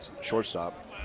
shortstop